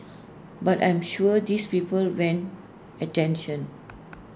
but I'm sure these people went attention